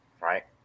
right